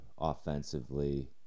offensively